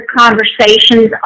conversations